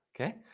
okay